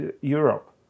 Europe